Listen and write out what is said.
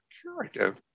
curative